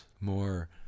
More